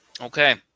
Okay